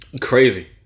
crazy